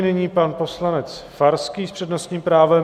Nyní pan poslanec Farský s přednostním právem.